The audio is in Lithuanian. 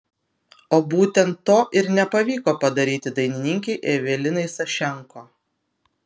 o būtent to ir nepavyko padaryti dainininkei evelinai sašenko